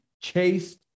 chased